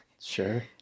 Sure